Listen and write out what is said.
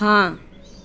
ਹਾਂ